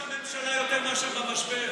מטפלים בראש הממשלה יותר מאשר במשבר.